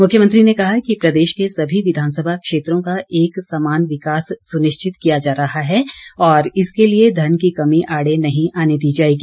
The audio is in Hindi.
मुख्यमंत्री ने कहा कि प्रदेश के सभी विधानसभा क्षेत्रों का एक समान विकास सुनिश्चित किया जा रहा है और इसके लिए धन की कमी आड़े नहीं आने दी जाएगी